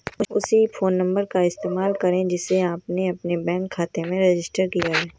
उसी phone number का इस्तेमाल करें जिसे आपने अपने बैंक खाते में रजिस्टर किया है